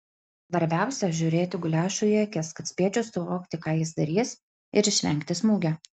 svarbiausia žiūrėti guliašui į akis kad spėčiau suvokti ką jis darys ir išvengti smūgio